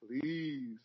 Please